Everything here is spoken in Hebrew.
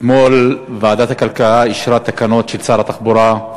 אתמול ועדת הכלכלה אישרה תקנות של שר התחבורה,